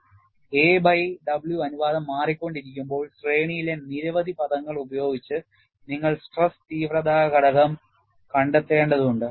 a by w അനുപാതം മാറിക്കൊണ്ടിരിക്കുമ്പോൾ ശ്രേണിയിലെ നിരവധി പദങ്ങൾ ഉപയോഗിച്ച് നിങ്ങൾ സ്ട്രെസ് തീവ്രത ഘടകം കണ്ടെത്തേണ്ടതുണ്ട്